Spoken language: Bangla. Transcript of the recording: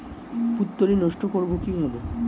পুত্তলি নষ্ট করব কিভাবে?